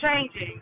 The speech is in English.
changing